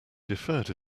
deferred